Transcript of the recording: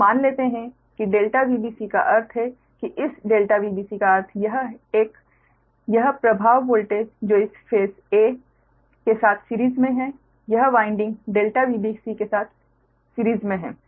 अब मान लेते हैं कि ∆Vbc का अर्थ है कि इस ∆Vbc का अर्थ है यह एक यह प्रभाव वोल्टेज जो इस 'a' फेस a के साथ सिरीज़ में है यह वाइंडिंग ∆Vbc के साथ सिरीज़ में है